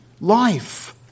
life